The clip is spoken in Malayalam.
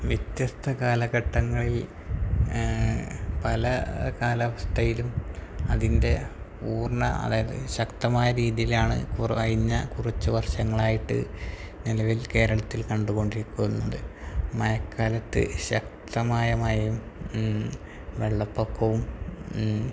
വ്യത്യസ്ത കാലഘട്ടങ്ങളിൽ പല കാലാവസ്ഥയിലും അതിൻ്റെ പൂർണ്ണ അതായത് ശക്തമായ രീതിയിലാണ് കഴിഞ്ഞ കുറച്ച് വർഷങ്ങളായിട്ട് നിലവിൽ കേരളത്തിൽ കണ്ടുകൊണ്ടിരിക്കുന്നത് മഴക്കാലത്ത് ശക്തമായ മഴയും വെള്ളപ്പൊക്കവും